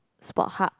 sport hub